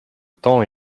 temps